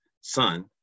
son